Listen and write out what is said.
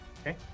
okay